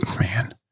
man